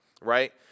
right